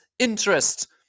interest